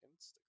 Instagram